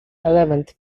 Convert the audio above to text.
eleventh